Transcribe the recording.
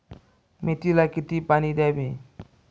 मेथीला किती पाणी द्यावे?